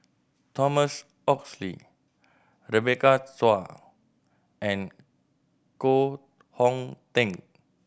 Thomas Oxley Rebecca Chua and Koh Hong Teng